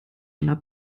einer